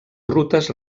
rutes